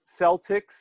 Celtics